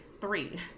three